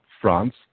France